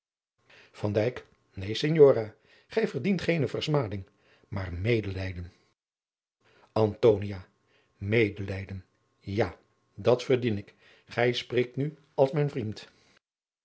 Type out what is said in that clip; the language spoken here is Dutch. neen signora gij verdient geene versmading maar medelijden antonia medelijden ja dat verdien ik gij spreekt nu als mijn vriend